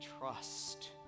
trust